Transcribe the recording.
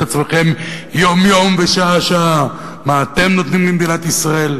את עצמכם יום-יום ושעה-שעה מה אתם נותנים למדינת ישראל,